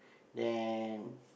then